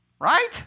Right